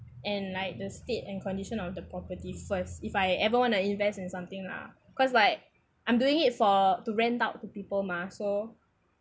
and like the state and condition of the property first if I ever want to invest in something lah cause like I'm doing it for to rent out to people mah so